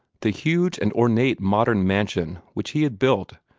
the huge and ornate modern mansion which he had built,